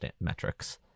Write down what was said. metrics